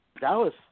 Dallas